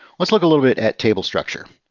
let's look a little bit at table structure.